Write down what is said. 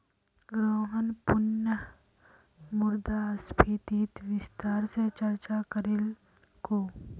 रोहन पुनः मुद्रास्फीतित विस्तार स चर्चा करीलकू